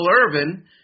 Irvin